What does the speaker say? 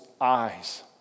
eyes